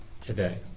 today